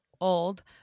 old